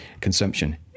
consumption